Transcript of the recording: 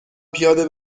پیاده